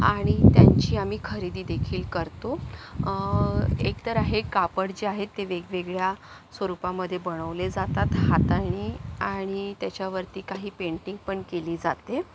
आणि त्यांची आम्ही खरेदी देखील करतो एक तर आहे कापड जे आहेत ते वेगवेगळ्या स्वरूपामध्ये बनवले जातात हातानी आणि त्याच्या वरती काही पेंटिंग पण केली जाते